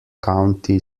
county